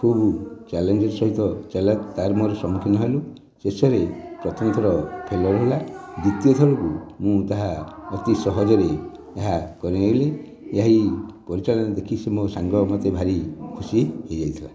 ଖୁବ୍ ଚାଲେଞ୍ଜ୍ର ସହିତ ଚାଲିଲା ତା'ର ମୋର ସମ୍ମୁଖୀନ ହେଲୁ ଶେଷରେ ପ୍ରଥମ ଥର ଫେଲୁଅର୍ ହେଲା ଦ୍ଵିତୀୟ ଥରକୁ ମୁଁ ତାହା ଅତି ସହଜରେ ଏହା କରିନେଲି ଏହି ପରିଚାଳନା ଦେଖି ସେ ମୋ ସାଙ୍ଗ ମୋତେ ଭାରି ଖୁସି ହୋଇଯାଇଥିଲା